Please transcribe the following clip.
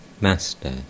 Master